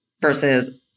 versus